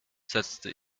setzte